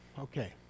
Okay